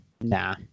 Nah